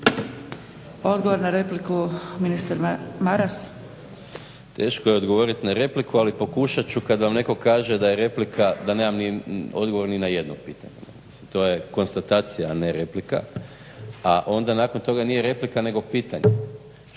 Odgovor na repliku, ministar Maras. **Maras, Gordan (SDP)** Teško je odgovoriti na repliku, ali pokušat ću. Kad vam netko kaže da je replika da nemam odgovor ni na jedno pitanje. To je konstatacija, a ne replika. A onda nakon toga nije replika nego pitanje,